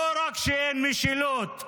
לא רק שאין משילות,